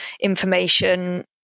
information